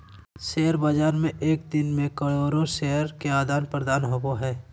share बाज़ार में एक दिन मे करोड़ो शेयर के आदान प्रदान होबो हइ